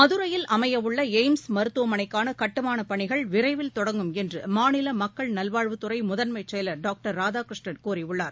மதுரையில் அமையவுள்ள எய்ம்ஸ் மருத்துவமனைக்கான கட்டுமானப் பணிகள் விரைவில் தொடங்கும் என்று மாநில மக்கள் நல்வாழ்வுத்துறை முதன்மைச் செயலர் டாக்டர் ராதாகிருஷ்ணன் கூறியுள்ளார்